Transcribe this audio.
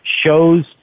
shows